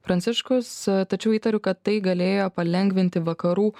pranciškus tačiau įtariu kad tai galėjo palengvinti vakarų